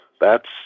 thats